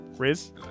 Riz